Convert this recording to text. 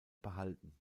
behalten